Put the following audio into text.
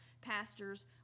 pastors